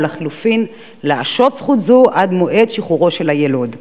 או לחלופין להשעות זכות זו עד מועד שחרורו של היילוד.